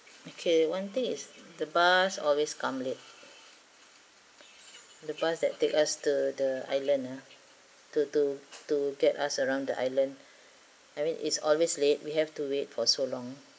okay one thing is the bus always come late the bus that take us to the island ah to to to get us around the island I mean is always late we have to wait for so long